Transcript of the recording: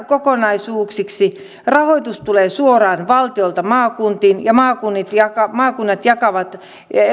kokonaisuuksiksi rahoitus tulee suoraan valtiolta maakuntiin ja maakunnat jakavat maakunnat jakavat